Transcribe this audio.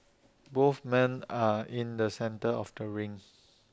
both men are in the centre of the ring